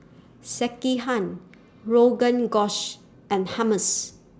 Sekihan Rogan Gosh and Hummus